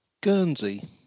Guernsey